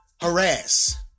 harass